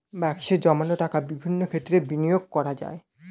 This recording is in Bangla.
ব্যাঙ্কে জমানো টাকা বিভিন্ন ক্ষেত্রে বিনিয়োগ করা যায়